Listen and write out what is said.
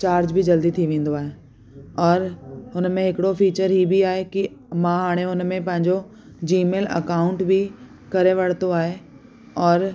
charge जल्दी थी वेंदो आहे और हुनमें हिकिड़ो फीचर हीअ बि आहे की मां हाणे हुनमें पंहिंजो जीमेल अकाउंट बि करे वरितो आहे और